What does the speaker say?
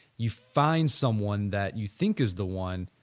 you find someone that you think is the one,